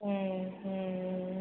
ம் ம் ம்